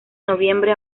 noviembre